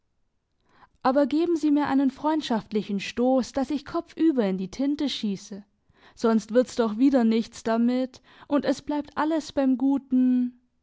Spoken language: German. aber geben sie mir einen freundschaftlichen stoss dass ich kopfüber in die tinte schiesse sonst wird's doch wieder nichts damit und es bleibt alles beim guten willen